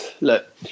look